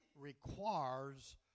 requires